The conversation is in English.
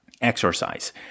exercise